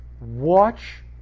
watch